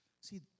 see